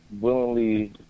willingly